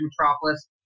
metropolis